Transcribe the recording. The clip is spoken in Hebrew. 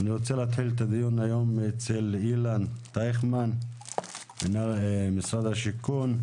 אני רוצה להתחיל היום את הדיון עם אילן טייכמן ממשרד השיכון,